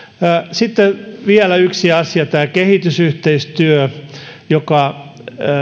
sitten vielä yksi asia tämä kehitysyhteistyö